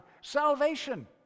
Salvation